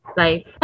life